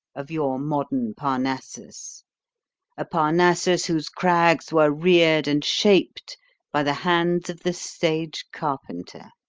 of your modern parnassus a parnassus whose crags were reared and shaped by the hands of the stage-carpenter!